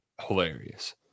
hilarious